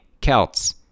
Celts